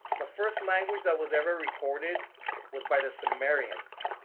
the first language that was ever recorded was by the sumerians.